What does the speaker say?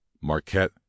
marquette